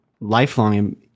lifelong